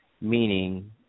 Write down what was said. meaning